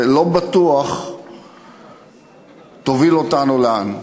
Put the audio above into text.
לא בטוח תוביל אותנו לאנשהו.